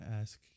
ask